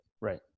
Right